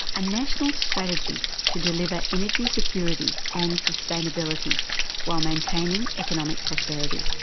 a national strategy to deliver energy security and sustainability while maintaining economic prosperity.